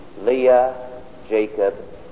Leah-Jacob